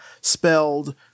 spelled